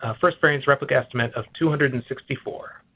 ah first variance replicate estimate of two hundred and sixty four.